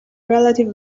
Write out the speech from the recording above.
relative